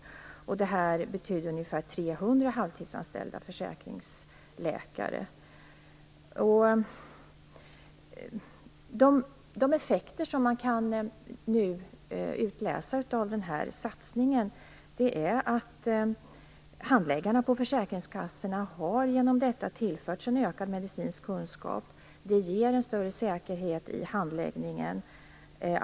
Det här betyder ungefär 300 halvtidsanställda försäkringsläkare. De effekter som man kan utläsa av den här satsningen är att handläggarna på försäkringskassorna genom detta har tillförts en ökad medicinsk kunskap. Det ger en större säkerhet i handläggningen.